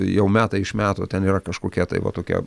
jau metai iš metų ten yra kažkokie tai va tokie